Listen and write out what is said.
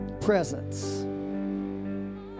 presence